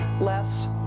less